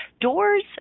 Doors